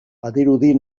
badirudi